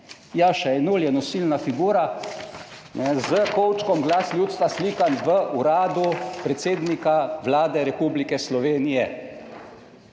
Jaša Jenull je nosilna figura s kovčkom Glas ljudstva, slikan v Uradu predsednika Vlade Republike Slovenije.